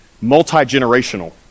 multi-generational